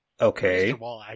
okay